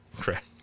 Correct